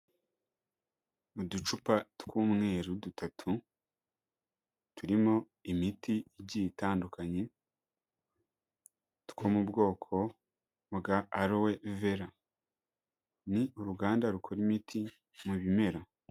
Mu ducupa tw'umweru dutatu turimo imiti igiye itandukanye two mu bwoko bwa alowe vera, ni uruganda rukora imiti mu bimera.